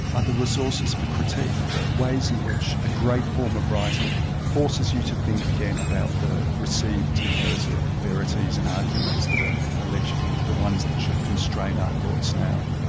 are the resources for critique, for ways in which a great form of writing forces you to think again about the received inherited verities and arguments that are allegedly the ones that should constrain our thoughts now.